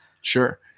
sure